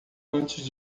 antes